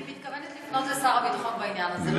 אני מתכוונת לפנות לשר הביטחון בעניין הזה.